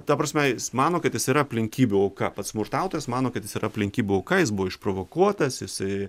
ta prasme jis mano kad jis yra aplinkybių auka pats smurtautojas mano kad jis yra aplinkybių auka jis buvo išprovokuotas jisai